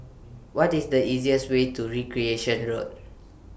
What IS The easiest Way to Recreation Road